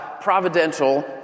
providential